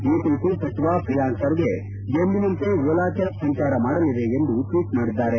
ಈ ಕುರಿತು ಸಚಿವ ಪ್ರಿಯಾಂಕ ಖರ್ಗೆ ಎಂದಿನಂತೆ ಓಲಾ ಕ್ಲಾಬ್ ಸಂಚಾರ ಮಾಡಲಿವೆ ಎಂದು ಟ್ವೀಟ್ ಮಾಡಿದ್ದಾರೆ